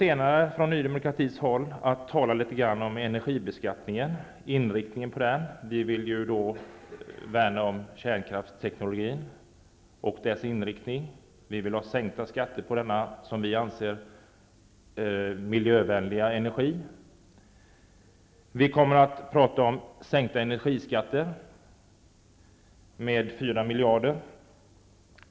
Andra i Ny demokrati kommer litet senare här att något beröra energibeskattningen och inriktningen i det avseendet. Vi värnar ju om kärnkraftsteknologin och dess inriktning och vill ha sänkta skatter på det, enligt vår åsikt, miljövänliga energislaget. Vidare kommer vi att tala om sänkta energiskatter. Det gäller sänkningar om 4 miljarder.